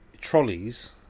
trolleys